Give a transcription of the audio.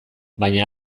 baina